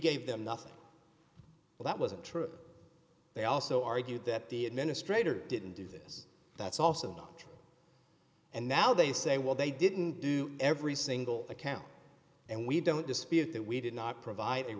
gave them nothing but that wasn't true they also argued that the administrator didn't do this that's also not and now they say well they didn't do every single account and we don't dispute that we did not provide